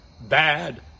bad